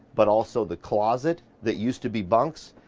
but also the closet that used to be bunks,